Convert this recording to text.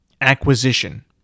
acquisition